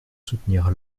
soutenir